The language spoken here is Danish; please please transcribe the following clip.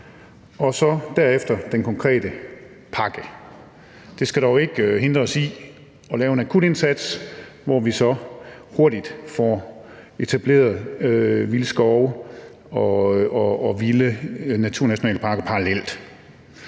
og så derefter den konkrete pakke. Det skal dog ikke hindre os i at lave en akutindsats, hvor vi hurtigt får etableret vilde skove og vilde naturnationalparker parallelt.